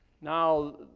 now